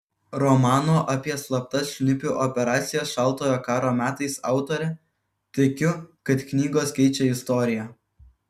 romano apie slaptas šnipių operacijas šaltojo karo metais autorė tikiu kad knygos keičia istoriją